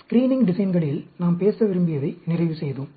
screening டிசைன்களில் நாம் பேச விரும்பியதை நிறைவு செய்தோம்